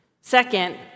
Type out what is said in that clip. Second